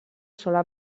sola